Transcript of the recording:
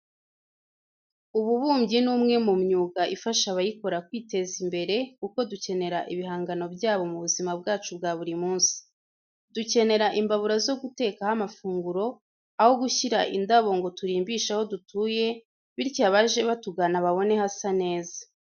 Ububumbyi ni umwe mu myuga ifasha abayikora kwiteza imbere kuko dukenera ibihangano byabo mu buzima bwacu bwa buri munsi. Dukenera imbabura zo gutekaho amafunguro, aho gushyira indabo ngo turimbishe aho dutuye bityo abaje batugana babone hasa neza.